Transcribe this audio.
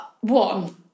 one